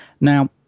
Now